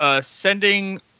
Sending